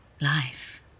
life